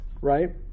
Right